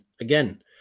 again